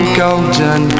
golden